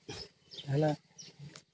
ᱡᱟᱦᱟᱱᱟᱜ